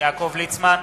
יעקב ליצמן,